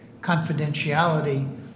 confidentiality